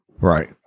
Right